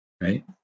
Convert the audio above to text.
right